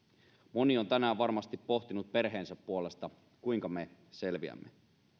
moni on tänään varmasti pohtinut perheensä puolesta kuinka me selviämme